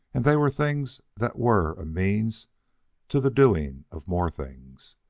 and they were things that were a means to the doing of more things.